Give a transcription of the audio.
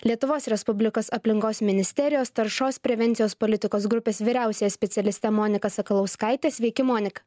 lietuvos respublikos aplinkos ministerijos taršos prevencijos politikos grupės vyriausiąja specialiste monika sakalauskaite sveiki monika